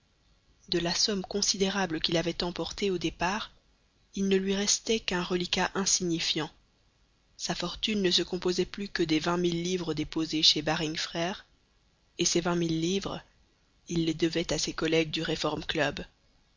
de la somme considérable qu'il avait emportée au départ il ne lui restait qu'un reliquat insignifiant sa fortune ne se composait plus que des vingt mille livres déposées chez baring frères et ces vingt mille livres il les devait à ses collègues du